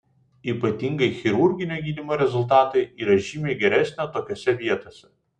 ypatingai chirurginio gydymo rezultatai yra žymiai geresnio tokiose vietose